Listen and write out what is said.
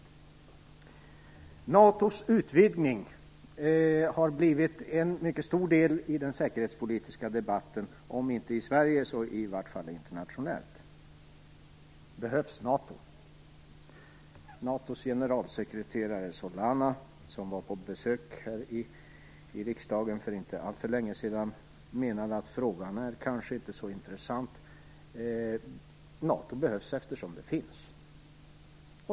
NATO:s utvidgning har kommit att utgöra en mycket stor del av den säkerhetspolitiska debatten, om inte i Sverige så i varje fall internationellt. Behövs NATO? NATO:s generalsekreterare Solana, som var på besök här i riksdagen för inte alltför länge sedan, menade att frågan kanske inte är så intressant; NATO behövs eftersom det finns.